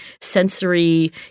sensory